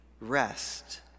rest